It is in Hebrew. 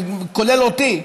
כולל אותי,